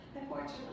unfortunately